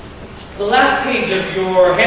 last page of your